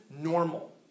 normal